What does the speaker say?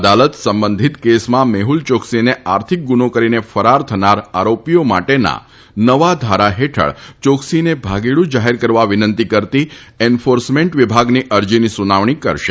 અદાલત સંબંધિત કેસમાં મેફ્લ ચોક્સીને આર્થિક ગુનો કરીને ફરાર થનાર આરોપીઓ માટેના નવા ધારા હેઠળ ચોક્સીને ભાગેડુ જાહેર કરવા વિનંતી કરતી એન્ફોર્સમેન્ટ વિભાગની અરજીની સુનાવણી કરશે